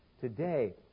Today